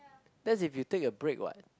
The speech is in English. that if you take a break what